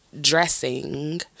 dressing